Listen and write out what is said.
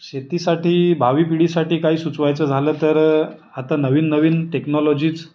शेतीसाठी भावी पिढीसाठी काही सुचवायचं झालं तर आता नवीन नवीन टेक्नॉलॉजीच